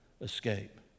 escape